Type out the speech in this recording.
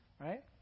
right